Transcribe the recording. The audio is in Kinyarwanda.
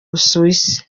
busuwisi